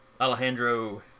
Alejandro